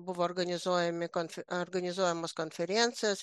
buvo organizuojami konfe organizuojamos konferencijos